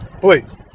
please